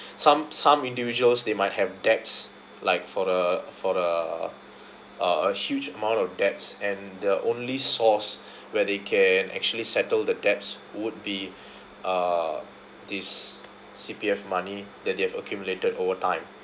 some some individuals they might have debts like for the for the uh huge amount of debts and the only source where they can actually settle the debts would be uh this C_P_F money that they have accumulated over time